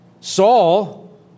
Saul